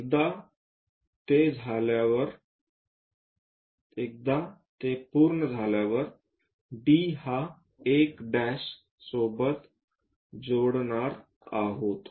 एकदा ते पूर्ण झाल्यावर D हा 1' सोबत जोडणार आहोत